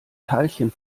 teilchen